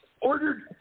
ordered